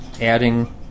adding